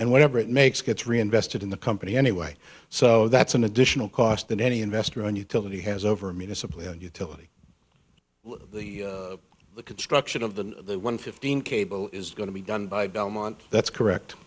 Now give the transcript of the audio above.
and whatever it makes gets reinvested in the company anyway so that's an additional cost than any investor on utility has over me disciplined utility the construction of the one fifteen cable is going to be done by belmont that's correct